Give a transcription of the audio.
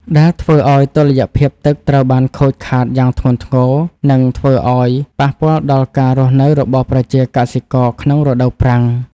ដែលធ្វើឱ្យតុល្យភាពទឹកត្រូវបានខូចខាតយ៉ាងធ្ងន់ធ្ងរ និងធ្វើឱ្យប៉ះពាល់ដល់ការរស់នៅរបស់ប្រជាកសិករក្នុងរដូវប្រាំង។